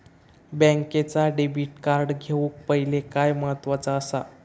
बँकेचा debit card घेउक पाहिले काय महत्वाचा असा?